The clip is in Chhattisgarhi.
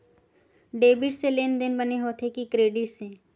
डेबिट से लेनदेन बने होथे कि क्रेडिट से?